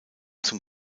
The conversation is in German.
zum